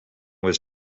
was